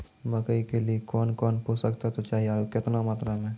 मकई के लिए कौन कौन पोसक तत्व चाहिए आरु केतना मात्रा मे?